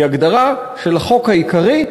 היא הגדרה של החוק העיקרי,